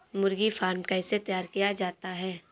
मुर्गी फार्म कैसे तैयार किया जाता है?